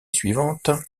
suivante